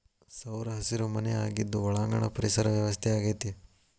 ಸೌರಹಸಿರು ಮನೆ ಆಗಿದ್ದು ಒಳಾಂಗಣ ಪರಿಸರ ವ್ಯವಸ್ಥೆ ಆಗೆತಿ